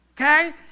okay